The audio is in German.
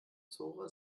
zora